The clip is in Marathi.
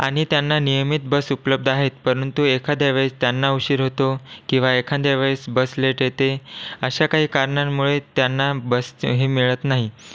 आणि त्यांना नियमित बस उपलब्ध आहेत परंतु एखाद्या वेळेस त्यांना उशीर होतो किंवा एखाद्या वेळेस बस लेट येते अशा काही कारणांमुळे त्यांना बस हे मिळत नाही